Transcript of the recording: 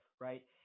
right